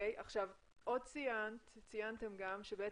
ציינתם שיש